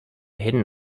hidden